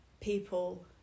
people